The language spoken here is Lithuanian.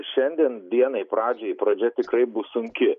šiandien dienai pradžioj pradžia tikrai bus sunki